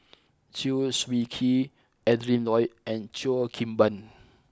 Chew Swee Kee Adrin Loi and Cheo Kim Ban